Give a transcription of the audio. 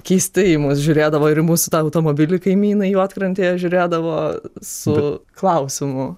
keistai į mus žiūrėdavo ir į mūsų tą automobilį kaimynai juodkrantėje žiūrėdavo su klausimu